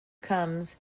comes